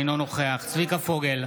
אינו נוכח צביקה פוגל,